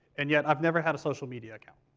and yet, i've never had a social media account.